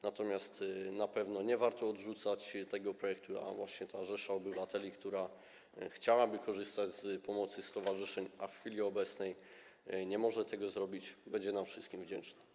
Natomiast na pewno nie warto odrzucać tego projektu, a właśnie ta rzesza obywateli, która chciałaby korzystać z pomocy stowarzyszeń, a w chwili obecnej nie może tego zrobić, będzie nam wszystkim wdzięczna.